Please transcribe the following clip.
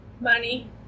money